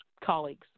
colleagues